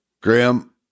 Graham